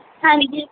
ਹਾਂਜੀ